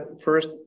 First